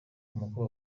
umukobwa